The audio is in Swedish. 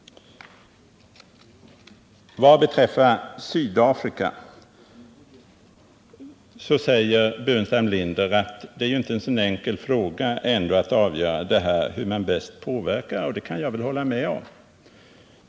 Vad beträffar Sydafrika säger Staffan Burenstam Linder att det är inte så enkelt att avgöra hur man bäst påverkar situationen, och det kan jag väl hålla med om.